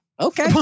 Okay